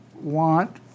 want